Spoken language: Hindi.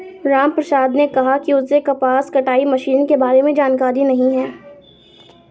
रामप्रसाद ने कहा कि उसे कपास कटाई मशीन के बारे में जानकारी नहीं है